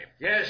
Yes